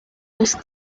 los